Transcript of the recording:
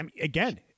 again